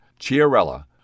Chiarella